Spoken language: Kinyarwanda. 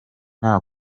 nta